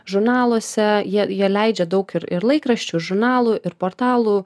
žurnaluose jie jie leidžia daug ir ir laikraščių žurnalų ir portalų